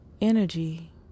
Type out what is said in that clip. energy